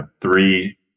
three